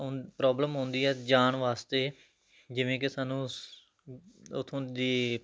ਹੁਣ ਪ੍ਰੋਬਲਮ ਆਉਂਦੀ ਹੈ ਜਾਣ ਵਾਸਤੇ ਜਿਵੇਂ ਕਿ ਸਾਨੂੰ ਉੱਥੋਂ ਦੀ